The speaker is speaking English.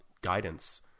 guidance